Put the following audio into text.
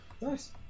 Nice